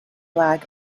flag